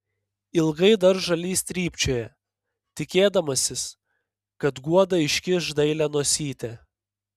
ilgai dar žalys trypčioja tikėdamasis kad guoda iškiš dailią nosytę